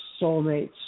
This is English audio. soulmates